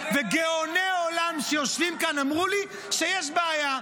וגאוני עולם שיושבים כאן אמרו לי שיש בעיה.